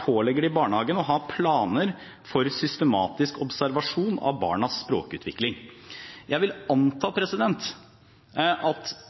pålegger de barnehagen å ha planer for systematisk observasjon av barnas språkutvikling. Jeg vil anta at dette også dokumenteres på en eller annen måte, at språkutviklingen ikke bare er en plan for systematisk observasjon, men at